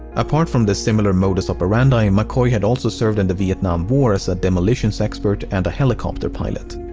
apart from the similar modus operandi, and mccoy had also served in the vietnam war as a demolition expert and a helicopter pilot.